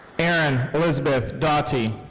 erin elizabeth daughtee.